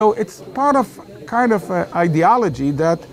It's part of kind of ideology